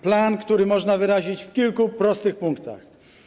Plan, który można wyrazić w kilku prostych punktach.